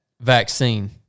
vaccine